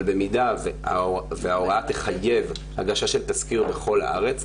אבל במידה וההוראה תחייב הגשה של תסקיר בכל הארץ,